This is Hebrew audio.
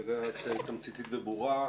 הצגה תמציתית וברורה.